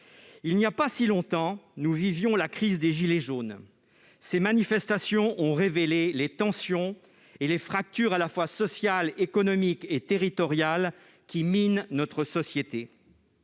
Il n'y a pas si longtemps, nous vivions la crise des gilets jaunes. Ces manifestations ont révélé les tensions et les fractures à la fois sociales, économiques et territoriales qui minent notre société.